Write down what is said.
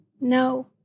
No